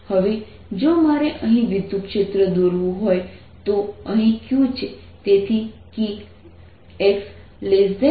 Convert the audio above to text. હવે જો મારે અહીં વિદ્યુતક્ષેત્ર દોરવું હોય તો અહીં q છે